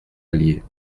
allier